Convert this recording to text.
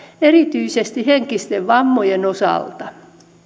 erityisesti henkisten vammojen osalta